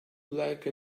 like